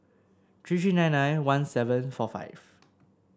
three three nine nine one seven four five